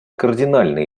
кардинальный